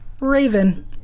Raven